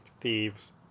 thieves